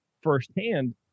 firsthand